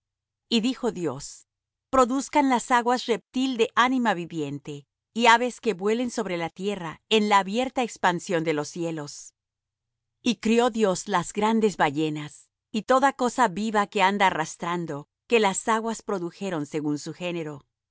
y dijo dios produzcan las aguas reptil de ánima viviente y aves que vuelen sobre la tierra en la abierta expansión de los cielos y crió dios las grandes ballenas y toda cosa viva que anda arrastrando que las aguas produjeron según su género